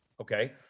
okay